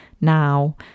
now